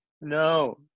No